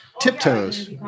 Tiptoes